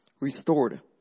restored